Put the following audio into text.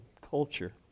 culture